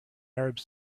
arabs